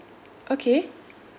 okay